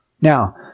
Now